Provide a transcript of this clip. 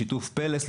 בשיתוף פלס,